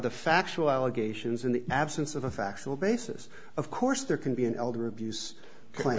the factual allegations in the absence of a factual basis of course there can be an elder abuse cl